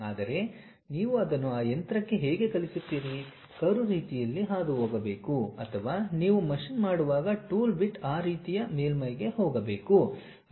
ಆದರೆ ನೀವು ಅದನ್ನು ಆ ಯಂತ್ರಕ್ಕೆ ಹೇಗೆ ಕಲಿಸುತ್ತೀರಿ ಕರ್ವ್ ರೀತಿಯಲ್ಲಿ ಹಾದುಹೋಗಬೇಕು ಅಥವಾ ನೀವು ಮಷೀನ್ ಮಾಡುವಾಗ ಟೂಲ್ ಬಿಟ್ ಆ ರೀತಿಯ ಮೇಲ್ಮೈಗೆ ಹೋಗಬೇಕು